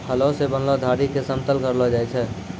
हलो सें बनलो धारी क समतल करलो जाय छै?